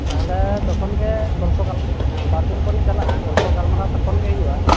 ᱛᱟᱦᱚᱞᱮ ᱛᱚᱠᱷᱚᱱᱜᱮ ᱜᱚᱞᱯᱚ ᱜᱟᱞᱢᱟ ᱦᱮᱸ ᱵᱟᱨᱫᱤᱱ ᱯᱚᱨᱤᱧ ᱪᱟᱞᱟᱜᱼᱟ ᱜᱚᱞᱯᱚ ᱜᱟᱞᱢᱟᱨᱟᱣ ᱛᱚᱠᱷᱚᱱᱜᱮ ᱦᱩᱭᱩᱜᱼᱟ